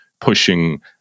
pushing